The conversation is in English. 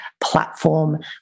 platform